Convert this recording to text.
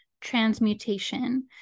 transmutation